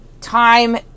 time